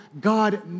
God